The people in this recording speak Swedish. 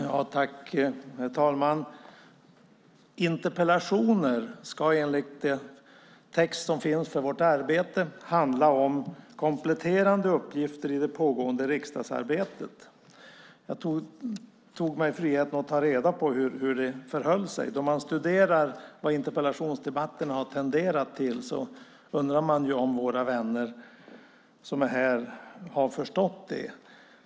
Herr talman! Interpellationer ska, enligt text som finns om vårt arbete, handla om kompletterande uppgifter i det pågående riksdagsarbetet. Jag tog mig friheten att ta reda på hur det har förhållit sig. Då man studerar vad interpellationsdebatterna har tenderat till undrar man om våra vänner som är här har förstått detta.